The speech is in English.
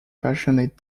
passionate